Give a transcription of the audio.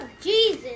jesus